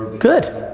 good.